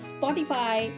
Spotify